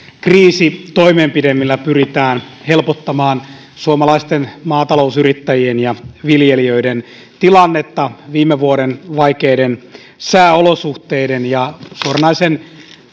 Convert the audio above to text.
kriisitoimenpide millä pyritään helpottamaan suomalaisten maatalousyrittäjien ja viljelijöiden tilannetta viime vuoden vaikeiden sääolosuhteiden ja suoranaisen